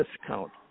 discount